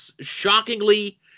shockingly